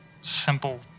simple